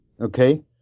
okay